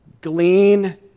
glean